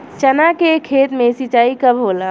चना के खेत मे सिंचाई कब होला?